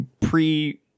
pre